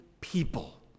people